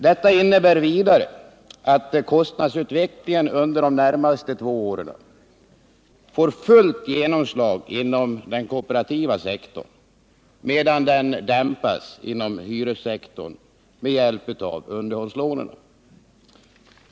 Detta innebär att kostnadsutvecklingen under de närmaste två åren får fullt genomslag inom den kooperativa sektorn, medan den dämpas inom hyressektorn med hjälp av underhållslånen.